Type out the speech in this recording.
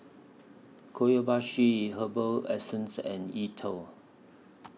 Herbal Essences and E TWOW